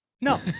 No